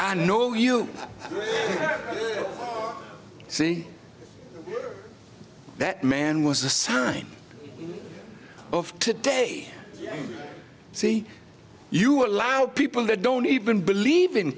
i know you say that man was the sign of today say you allow people that don't even believe in